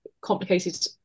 complicated